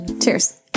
Cheers